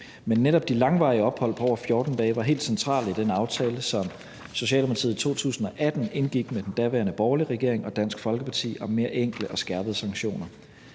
Men netop de langvarige ophold på over 14 dage var helt centrale i den aftale, som Socialdemokratiet i 2018 indgik med den daværende borgerlige regering og Dansk Folkeparti om mere enkle og skærpede sanktioner.